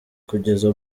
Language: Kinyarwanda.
kugeza